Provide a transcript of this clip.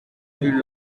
plus